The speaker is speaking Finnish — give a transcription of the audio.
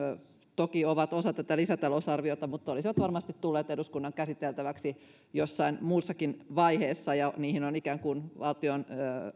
toki ovat osa tätä lisätalousarviota mutta olisivat varmasti tulleet eduskunnan käsiteltäväksi jossain muussakin vaiheessa ja niihin on valtion